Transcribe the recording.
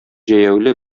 җәяүле